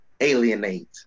alienate